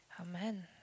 Amen